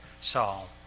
Saul